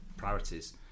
priorities